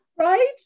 Right